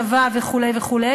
צבא וכו',